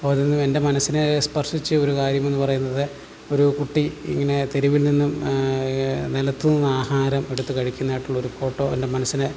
ഓരോന്നും എൻ്റെ മനസ്സിനെ സ്പർശിച്ച് ഒരു കാര്യമെന്ന് പറയുന്നത് ഒരു കുട്ടി ഇങ്ങനെ തെരുവിൽ നിന്നും നിലത്തുനിന്ന് ആഹാരം എടുത്ത് കഴിക്കുന്നത് ആയിട്ടുള്ളൊരു ഫോട്ടോ എൻ്റെ മനസ്സിനെ